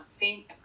paint